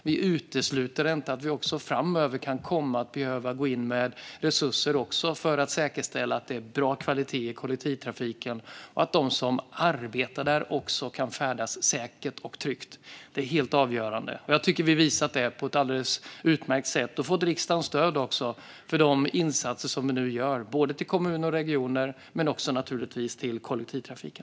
Vi utesluter inte att vi även framöver kan behöva gå in med resurser för att också säkerställa god kvalitet i kollektivtrafiken och att de som arbetar där också kan färdas säkert och tryggt. Det är helt avgörande. Det har vi visat på ett alldeles utmärkt sätt, och vi har också fått riksdagens stöd för de insatser som vi nu gör på kommuner och regioner liksom naturligtvis också på kollektivtrafiken.